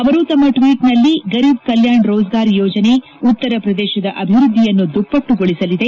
ಅವರು ತಮ್ಮ ಟ್ವೀಚ್ನಲ್ಲಿ ಗರೀಬ್ ಕಲ್ಕಾಣ್ ರೋಚ್ಗಾರ್ ಯೋಜನೆ ಉತ್ತರ ಪ್ರದೇಶದ ಅಭಿವೃದ್ಧಿಯನ್ನು ದುಪ್ಪಟ್ಟಗೊಳಿಸಲಿದೆ